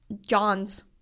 John's